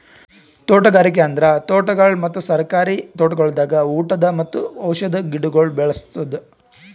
ತೋಟಗಾರಿಕೆ ಅಂದುರ್ ತೋಟಗೊಳ್ ಮತ್ತ ಸರ್ಕಾರಿ ತೋಟಗೊಳ್ದಾಗ್ ಉಟದ್ ಮತ್ತ ಔಷಧಿ ಗಿಡಗೊಳ್ ಬೇಳಸದ್